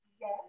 Yes